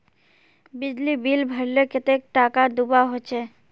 बिजली बिल भरले कतेक टाका दूबा होचे?